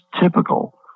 typical